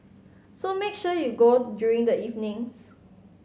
so make sure you go during the evenings